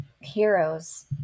heroes